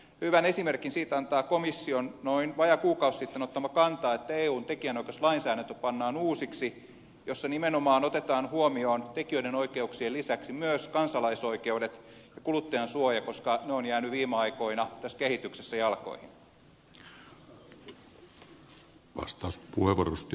hyvän esimerkin siitä antaa komission vajaa kuukausi sitten ottama kanta että eun tekijänoikeuslainsäädäntö pannaan uusiksi ja siinä nimenomaan otetaan huomioon tekijöiden oikeuksien lisäksi myös kansalaisoikeudet ja kuluttajansuoja koska ne ovat jääneet viime aikoina tässä kehityksessä jalkoihin